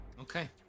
Okay